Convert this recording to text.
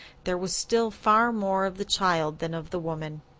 there was still far more of the child than of the woman.